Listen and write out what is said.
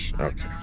Okay